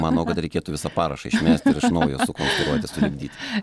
manau kad reikėtų visą parašą išmesti ir iš naujo sukonstruoti sulipdyti